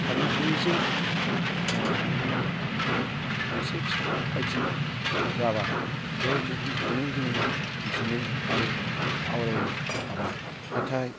साननो हायो जे बुहुमा मोनसे फिसा बायदि जाबाय बे बुहुमखौनो जोङो मिन्थिनो आरो आवरायनो हाबाय नाथाय